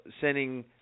sending